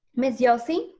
miss yelsey?